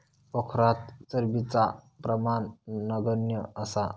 पोखरात चरबीचा प्रमाण नगण्य असा